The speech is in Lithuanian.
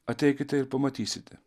ateikite ir pamatysite